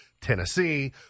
Tennessee